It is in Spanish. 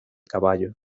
caballo